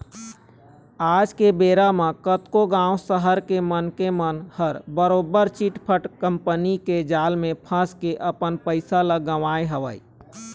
आज के बेरा म कतको गाँव, सहर के मनखे मन ह बरोबर चिटफंड कंपनी के जाल म फंस के अपन पइसा ल गवाए हवय